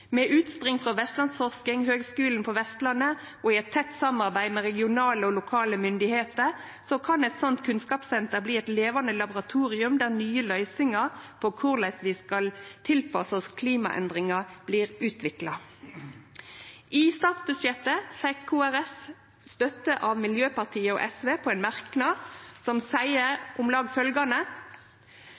med utspring i Vestlandsforsking og Høgskulen på Vestlandet. I tett samarbeid med regionale og lokale myndigheiter kan eit slikt kunnskapssenter bli eit levande laboratorium der nye løysingar på korleis vi skal tilpasse oss klimaendringar, blir utvikla. I statsbudsjettet fekk Kristeleg Folkeparti støtte av Miljøpartiet Dei Grøne og SV for ein merknad som seier